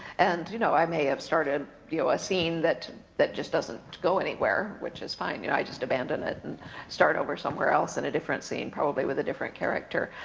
and you know i may have started you know a scene that that just doesn't go anywhere, which is fine, you know i just abandon it and start over somewhere else in a different scene, probably with a different character.